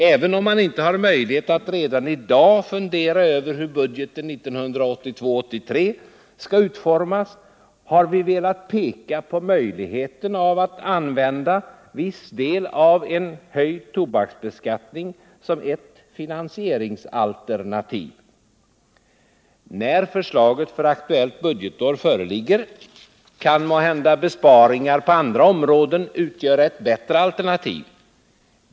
Även om man inte har möjlighet att redan i dag fundera över hur budgeten för 1982/83 skall utformas, har vi velat peka på möjligheten av att använda viss del av en höjd tobaksbeskattning som ett finansieringsalternativ. När förslaget för aktuellt budgetår föreligger kan måhända besparingar på andra områden utgöra ett bättre alternativ.